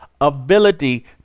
ability